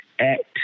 Act